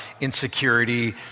insecurity